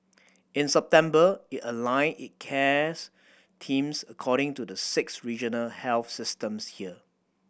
in September it aligned it cares teams according to the six regional health systems here